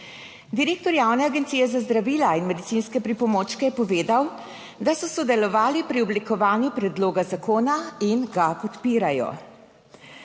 Direktor Javne agencije za zdravila in medicinske pripomočke je povedal, da so sodelovali pri oblikovanju predloga zakona in ga podpirajo.